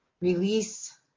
release